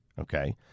Okay